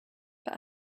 but